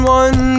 one